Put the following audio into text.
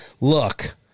look